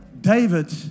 David